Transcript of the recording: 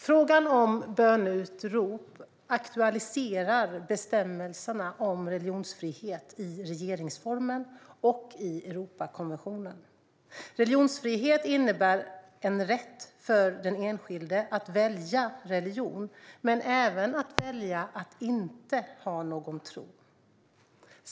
Frågan om böneutrop aktualiserar bestämmelserna om religionsfrihet i regeringsformen och i Europakonventionen. Religionsfrihet innebär en rätt för den enskilde att välja religion men även att välja att inte ha någon tro.